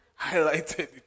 highlighted